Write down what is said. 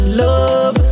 love